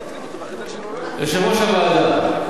ושלישית, יושב-ראש הוועדה.